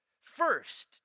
First